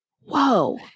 Whoa